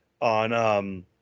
on –